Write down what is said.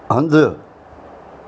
हंधु